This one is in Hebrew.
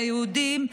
ליהודים,